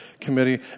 committee